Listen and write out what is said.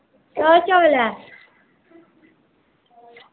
केह् हाल चाल ऐ